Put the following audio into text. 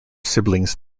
siblings